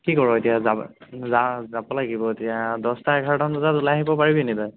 কি কৰ এতিয়া যাব যা যাব লাগিব এতিয়া দছটা এঘাৰটামান বজাত ওলাই আহিব পাৰিবিনি তই